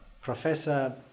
professor